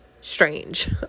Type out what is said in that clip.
strange